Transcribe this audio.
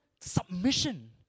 submission